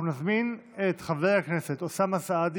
אנחנו נזמין את חבר הכנסת אוסאמה סעדי